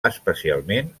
especialment